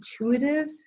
intuitive